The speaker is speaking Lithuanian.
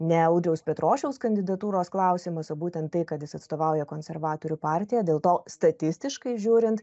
ne audriaus petrošiaus kandidatūros klausimas o būtent tai kad jis atstovauja konservatorių partiją dėl to statistiškai žiūrint